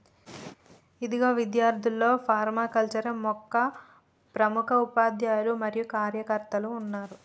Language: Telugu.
ఇగో గా ఇద్యార్థుల్లో ఫర్మాకల్చరే యొక్క ప్రముఖ ఉపాధ్యాయులు మరియు కార్యకర్తలు ఉన్నారు